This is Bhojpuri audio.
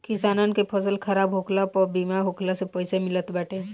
किसानन के फसल खराब होखला पअ बीमा होखला से पईसा मिलत बाटे